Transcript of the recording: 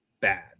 bad